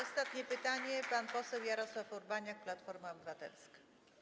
Ostatnie pytanie zada pan poseł Jarosław Urbaniak, Platforma Obywatelska.